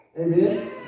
Amen